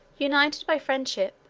united by friendship,